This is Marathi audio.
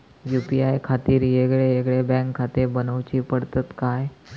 यू.पी.आय खातीर येगयेगळे बँकखाते बनऊची पडतात काय?